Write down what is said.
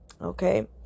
Okay